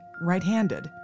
right-handed